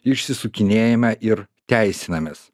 išsisukinėjame ir teisinamės